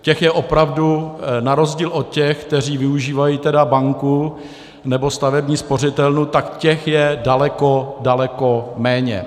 Těch je opravdu, na rozdíl od těch, kteří využívají banku nebo stavební spořitelnu, tak těch je daleko, daleko méně.